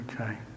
Okay